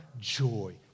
joy